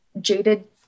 jaded